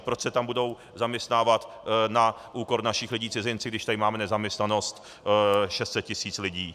Proč se tam budou zaměstnávat na úkor našich lidí cizinci, když tady máme nezaměstnanost 600 tis. lidí.